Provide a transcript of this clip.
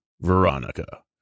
Veronica